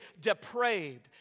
depraved